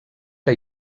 que